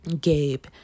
Gabe